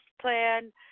Plan